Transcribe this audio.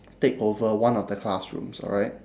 take over one of the classrooms alright